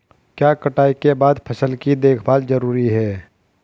क्या कटाई के बाद फसल की देखभाल जरूरी है?